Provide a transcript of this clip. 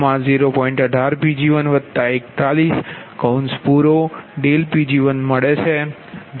18Pg141Pg1 મળે છે